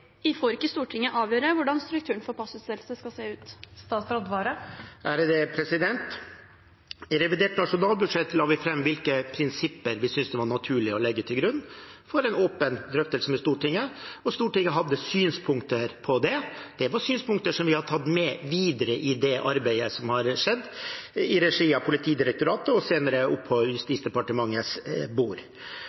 Hvorfor får ikke Stortinget avgjøre hvordan strukturen for passutstedelse skal se ut? I revidert nasjonalbudsjett la vi fram hvilke prinsipper vi syntes det var naturlig å legge til grunn for en åpen drøftelse med Stortinget. Stortinget hadde synspunkter på det. Det var synspunkter som vi har tatt med videre i det arbeidet som har skjedd i regi av Politidirektoratet, og senere på Justis- og beredskapsdepartementets bord.